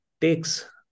takes